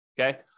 okay